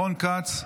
רון כץ,